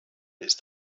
ist